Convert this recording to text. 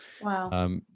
Wow